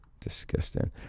Disgusting